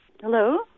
Hello